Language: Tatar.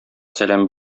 сәлам